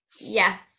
Yes